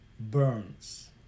burns